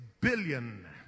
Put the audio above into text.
billion